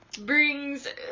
Brings